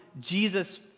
Jesus